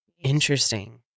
Interesting